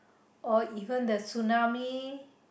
or even the tsunami